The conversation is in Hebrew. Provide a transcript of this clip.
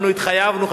אנחנו התחייבנו,